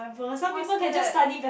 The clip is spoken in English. what's that